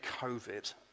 COVID